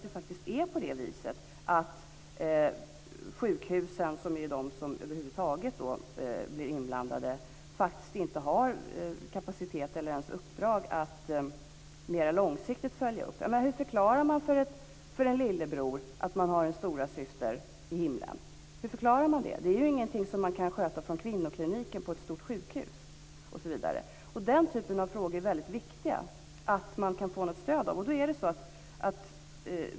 Det visar även att sjukhusen, som är den vårdform som blir inblandad, faktiskt inte har kapacitet eller ens uppdrag att mer långsiktigt följa upp detta. Hur förklarar man t.ex. för en lillebror att han har en storasyster i himlen? Det kan inte klaras på en kvinnoklinik vid ett stort sjukhus. Det är väldigt viktigt att man får stöd i den typen av frågor.